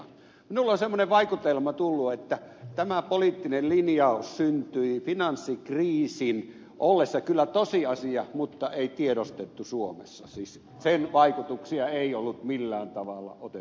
minulle on semmoinen vaikutelma tullut että tämä poliittinen linjaus syntyi finanssikriisin ollessa kyllä tosiasia mutta ei tiedostettu asia suomessa siis sen vaikutuksia ei ollut millään tavalla otettu huomioon